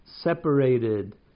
separated